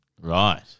Right